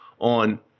on